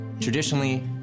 Traditionally